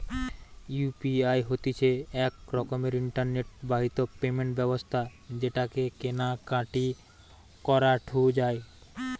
UPI হতিছে এক রকমের ইন্টারনেট বাহিত পেমেন্ট ব্যবস্থা যেটাকে কেনা কাটি করাঢু যায়